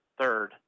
Third